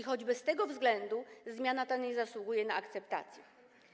Choćby z tego względu zmiana ta nie zasługuje na akceptację.